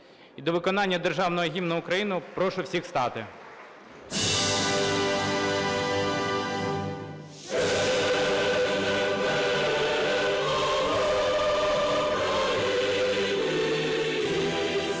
І до виконання Державного Гімну України прошу всіх встати.